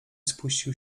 spuścił